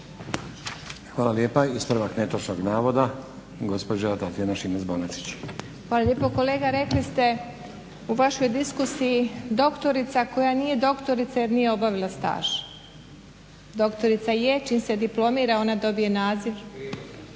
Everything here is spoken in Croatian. Hvala lijepa. Ispravak netočnog navoda gospođa Tatjana Šimac Bonačić. **Šimac Bonačić, Tatjana (SDP)** Hvala lijepo kolega. Rekli ste u vašoj diskusiji doktorica koja nije doktorica jer nije obavila staž. Doktorica je čim se diplomira ona dobije naziv.